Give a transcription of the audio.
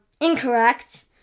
Incorrect